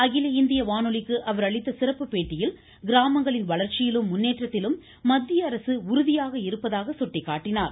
அகில இந்திய வானொலிக்கு அவர் அளித்த சிறப்பு பேட்டியில் கிராமங்களின் வளர்ச்சியிலும் முன்னேற்றத்திலும் மத்திய இருப்பதாக சுட்டிக்காட்டினார்